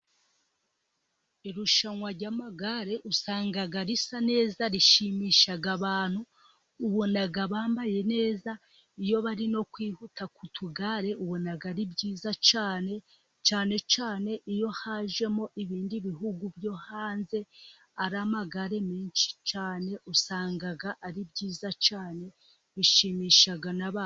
Irushanwa ry'amagare usanga risa neza, rishimisha abantu, ubona bambaye neza iyo bari no kwihuta ku tugare ubona ari byiza cyane, cyane cyane iyo hajemo ibindi bihugu byo hanze, ari amagare menshi cyane usanga ari byiza cyane bishimisha n'abandi.